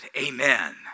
Amen